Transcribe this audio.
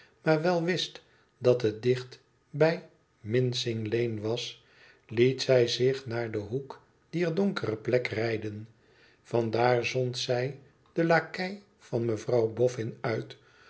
maar wel wist dat het dicht bij mincing lane was liet zij zich naar den hoek dier donkere plek rijden van daar zond zij den lakei van mevrouw bofün uit